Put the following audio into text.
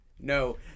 No